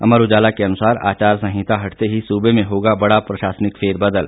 अमर उजाला के अनुसार आचार संहिता हटते ही सूबे में होगा बड़ा प्रशासनिक फेरबदल